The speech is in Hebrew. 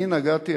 אני נגעתי,